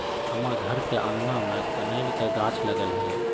हमर घर के आगना में कनइल के गाछ लागल हइ